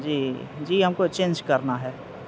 جی جی ہم کو چینج کرنا ہے